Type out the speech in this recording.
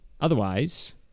otherwise